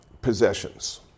possessions